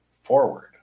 forward